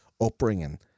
upbringing